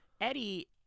Eddie